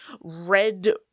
red